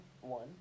one